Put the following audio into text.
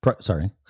Sorry